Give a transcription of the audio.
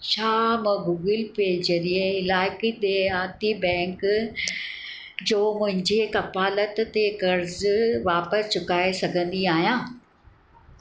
छा मां Google Pay ज़रिए इलाक़ाई देहाती बैंक जो मुंहिंजे कफ़ालत ते क़र्ज़ वापसि चुकाए सघंदी आहियां